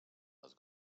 les